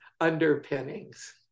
underpinnings